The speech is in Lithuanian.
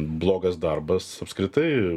blogas darbas apskritai